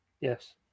Yes